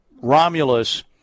Romulus